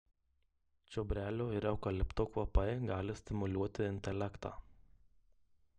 čiobrelio ir eukalipto kvapai gali stimuliuoti intelektą